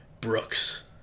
Brooks